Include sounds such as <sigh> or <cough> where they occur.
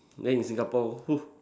then in Singapore <noise>